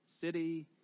city